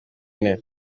ine